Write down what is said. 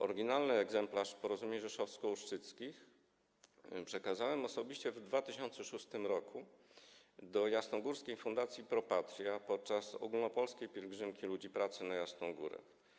Oryginalny egzemplarz porozumień rzeszowsko-ustrzyckich przekazałem osobiście w 2006 r. do Jasnogórskiej Fundacji Pro Patria podczas Ogólnopolskiej Pielgrzymki Ludzi Pracy na Jasną Górę.